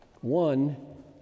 One